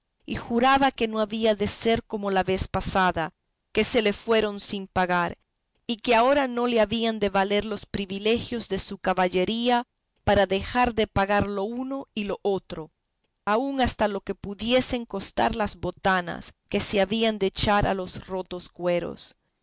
y juraba que no había de ser como la vez pasada que se le fueron sin pagar y que ahora no le habían de valer los previlegios de su caballería para dejar de pagar lo uno y lo otro aun hasta lo que pudiesen costar las botanas que se habían de echar a los rotos cueros